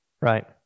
right